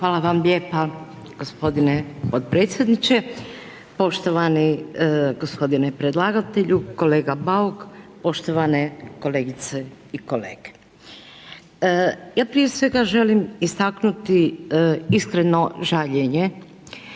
Hvala vam lijepa gospodine potpredsjedniče, poštovani gospodine predlagatelju, kolega Bauk, poštovane kolegice i kolege. Ja prije svega želim istaknuti iskreno žaljenje